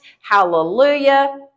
Hallelujah